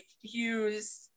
use